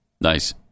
nice